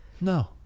No